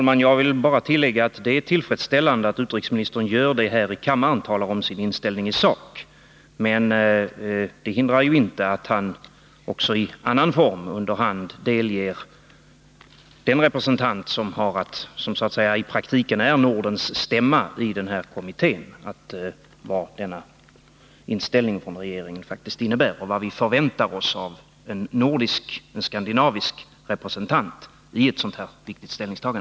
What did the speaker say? Herr talman! Det är tillfredsställande att utrikesministern här i kammaren talar om sin inställning i sak. Men det hindrar inte att han också i annan form under hand delger den representant som i praktiken är Nordens stämma i FN:s kommitté för de mänskliga rättigheterna vad regeringens inställning faktiskt innebär och vilket ställningstagande vi förväntar oss av en skandinavisk representant i denna viktiga fråga.